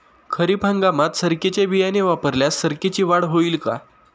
खरीप हंगामात सरकीचे बियाणे वापरल्यास सरकीची वाढ होईल का?